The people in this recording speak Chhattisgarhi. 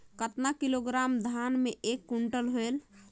कतना किलोग्राम धान मे एक कुंटल होयल?